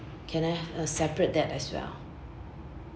can I uh separate that as well